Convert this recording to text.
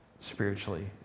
spiritually